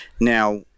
Now